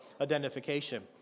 identification